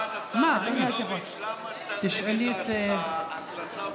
אני אציג את החוק.